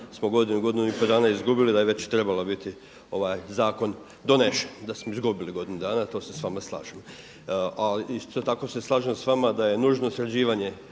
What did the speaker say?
smo godinu, godinu i po dana izgubili da je već trebao biti ovaj zakon donesen. Da smo izgubili godinu dana to se s vama slažem. A isto tako se slažem s vama da je nužno sređivanje